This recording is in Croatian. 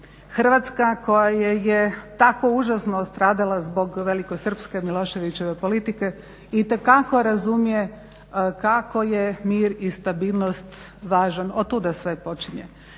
Hrvatska koja je tako užasno stradala zbog velikosrpske Miloševićeve politike itekako razumije kako je mir i stabilnost važan. Otuda sve počinje.